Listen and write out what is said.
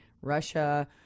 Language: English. Russia